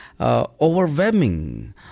overwhelming